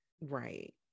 right